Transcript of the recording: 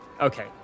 Okay